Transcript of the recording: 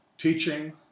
teaching